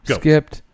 skipped